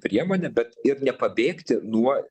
priemonė bet ir nepabėgti nuo